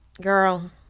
Girl